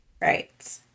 Right